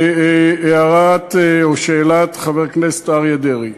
להערת או שאלת חבר הכנסת אריה דרעי: